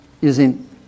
using